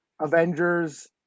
avengers